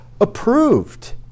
approved